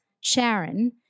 Sharon